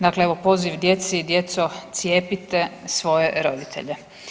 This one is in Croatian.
Dakle evo poziv djeci, djeco cijepite svoje roditelje.